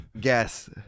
Guess